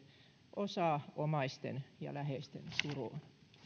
osaa omaisten ja läheisten suruun